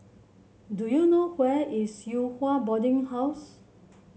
do you know where is Yew Hua Boarding House